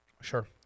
Sure